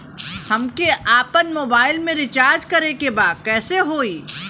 हमके आपन मोबाइल मे रिचार्ज करे के बा कैसे होई?